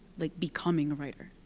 like becoming a writer,